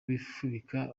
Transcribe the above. kwifubika